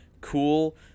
cool